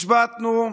השבתנו,